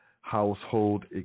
household